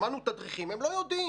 שמענו תדריכים הם לא יודעים.